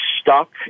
stuck